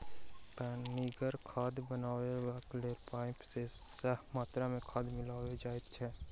पनिगर खाद बनयबाक लेल पाइन मे सही मात्रा मे खाद मिलाओल जाइत छै